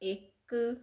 ਇੱਕ